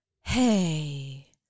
hey